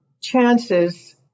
chances